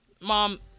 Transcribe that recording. mom